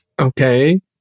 okay